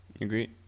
agree